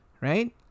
Right